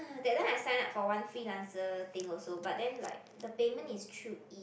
that time I signed up for one freelancer thing also but then like the payment is through E